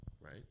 Right